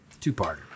two-parter